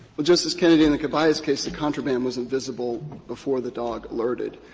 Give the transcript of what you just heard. well, justice kennedy, in the caballes case, the contraband wasn't visible before the dog alerted.